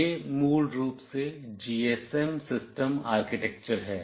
यह मूल रूप से जीएसएम सिस्टम आर्किटेक्चर है